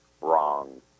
wrong